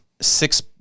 six